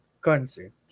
concert